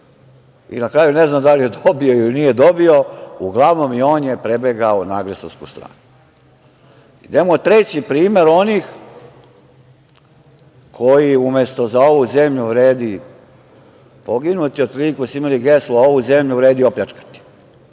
i na kraju ne znam da li je dobio ili nije dobio, uglavnom i on je prebegao na agresorsku stranu. Idemo treći primer onih koji umesto za ovu zemlju vredi poginuti, otprilike su imali geslo ovu zemlju vredi opljačkati.